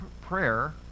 prayer